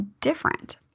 different